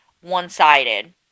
one-sided